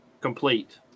Complete